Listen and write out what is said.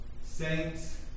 saints